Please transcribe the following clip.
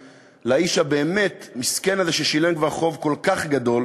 לאיש הבאמת-מסכן הזה ששילם כבר חוב כל כך גדול